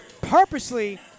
purposely